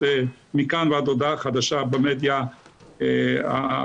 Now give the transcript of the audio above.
מכאן ועד הודעה חדשה במדיה הרלוונטית,